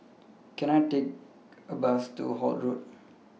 Can I Take A Bus to Holt Road